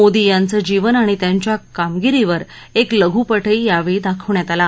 मोदी यांचं जीवन आणि त्यांच्या कामगिरीवर एक लघुपटही यावेळी दाखवण्यात आला